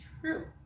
true